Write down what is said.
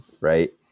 right